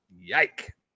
Yike